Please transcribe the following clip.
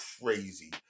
crazy